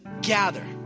gather